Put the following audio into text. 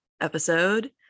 episode